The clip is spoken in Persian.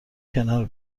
کنار